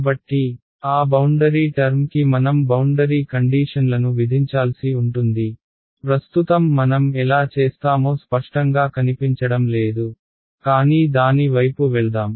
కాబట్టి ఆ boundary term కి మనం బౌండరీ కండీషన్లను విధించాల్సి ఉంటుంది ప్రస్తుతం మనం ఎలా చేస్తామో స్పష్టంగా కనిపించడం లేదు కానీ దాని వైపు వెళ్దాం